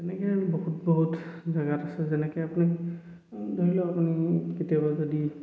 তেনেকে আৰু বহুত বহুত জেগাত আছে যেনেকে আপুনি ধৰি লওক আপুনি কেতিয়াবা যদি